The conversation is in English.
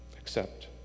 accept